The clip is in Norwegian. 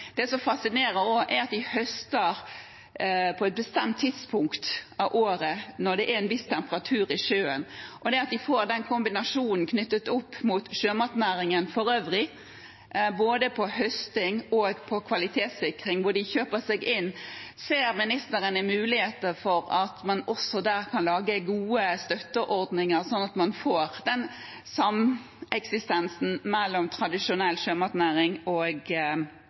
Det som fascinerer, er også at de høster på et bestemt tidspunkt av året når det er en viss temperatur i sjøen, og at de får den kombinasjonen til sjømatnæringen for øvrig, innen både høsting og kvalitetssikring, hvor de kjøper seg inn. Ser ministeren muligheter for at man også der kan lage gode støtteordninger, slik at man får en sameksistens mellom tradisjonell sjømatindustri og